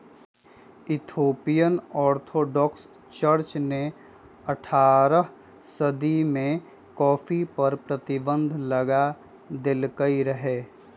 Ethiopian Orthodox church ने अठारह सदी में कॉफ़ी पर प्रतिबन्ध लगा देलकइ रहै